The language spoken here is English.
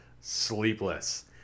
Sleepless